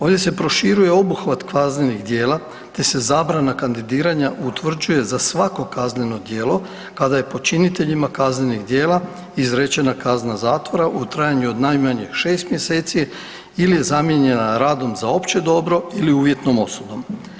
Ovdje se proširuje obuhvat kaznenih djela, te se zabrana kandidiranja utvrđuje za svako kazneno djelo kada je počiniteljima kaznenih djela izrečena kazna zatvora u trajanju od najmanje 6 mjeseci ili je zamijenjena radom za opće dobro ili uvjetnom osudom.